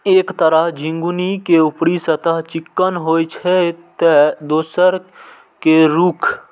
एक तरह झिंगुनी के ऊपरी सतह चिक्कन होइ छै, ते दोसर के रूख